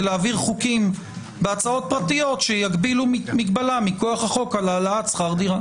להעביר חוקים בהצעות פרטיות שיגבילו מכוח החוק את העלאת שכר הדירה.